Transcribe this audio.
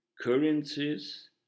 Currencies